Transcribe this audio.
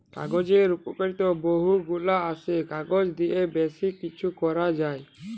কাগজের উপকারিতা বহু গুলা আসে, কাগজ দিয়ে বেশি কিছু করা যায়